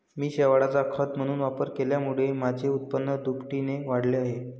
मी शेवाळाचा खत म्हणून वापर केल्यामुळे माझे उत्पन्न दुपटीने वाढले आहे